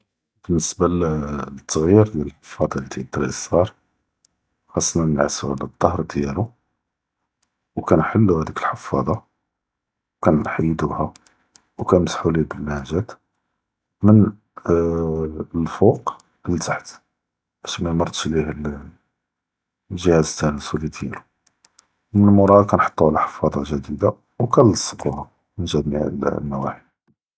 באלניסבה לאה אלת’ג’יר דיאל אלח’פאדה דיאל דרארי סג’אר ח’אסנא נעסוה עלא אלד’הר דיאלכ ו כנהלו דאק אלח’פאדה ו כנהידוהא ו כנמסחו ליה ב אללנג’את מן אלפוק לתחת באש מימר’דש ב אלג’הא’ז אלתנאסולי דיאלכ, ו מן מורה כנהטו אלח’פאדה אלחדיתה ו כנהלסקו ב ג’מי’ע אלננ נאוואחי.